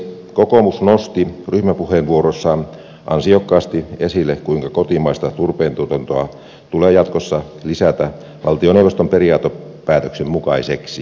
kokoomus nosti ryhmäpuheenvuorossaan ansiokkaasti esille kuinka kotimaista turpeentuotantoa tulee jatkossa lisätä valtioneuvoston periaatepäätöksen mukaiseksi